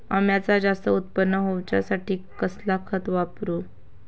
अम्याचा जास्त उत्पन्न होवचासाठी कसला खत वापरू?